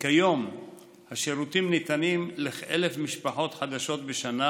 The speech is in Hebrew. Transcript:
כיום השירותים ניתנים לכ-1,000 משפחות חדשות בשנה